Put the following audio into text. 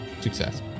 success